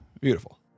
Beautiful